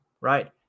right